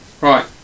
right